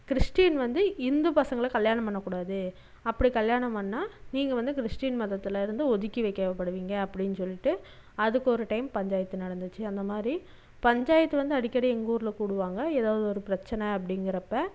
Christian வந்து இந்து பசங்களை கல்யாணம் பண்ணக்கூடாது அப்படி கல்யாணம் பண்ணா நீங்கள் வந்து கிறிஸ்டின் மதத்துலருந்து ஒதுக்கி வைக்கப்படுவீங்க அப்படினு சொல்லிவிட்டு அதுக்கு ஒரு டைம் பஞ்சாயத்து நடந்துச்சு அந்தமாதிரி பஞ்சாயத்து வந்து அடிக்கடி எங்கூரில் கூடுவாங்க எதாவது ஒரு பிரச்சனை அப்படிங்கறப்ப